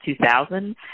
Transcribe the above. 2000